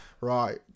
right